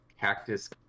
Cactus